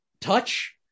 touch